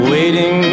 Waiting